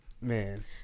man